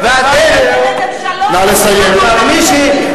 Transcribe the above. המצב הכלכלי הקשה, ואתם, לך להיידר.